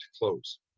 close